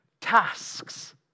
tasks